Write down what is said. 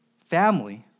family